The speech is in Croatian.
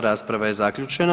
Rasprava je zaključena.